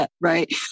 Right